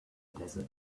desert